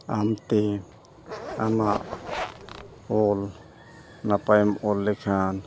ᱟᱢᱛᱮ ᱟᱢᱟᱜ ᱚᱞ ᱱᱟᱯᱟᱭᱮᱢ ᱚᱞ ᱞᱮᱠᱷᱟᱱ